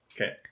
Okay